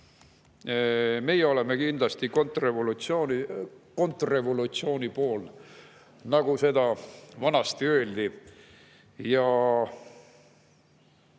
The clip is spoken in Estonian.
Meie oleme kindlasti kontrrevolutsiooni pool, nagu vanasti öeldi,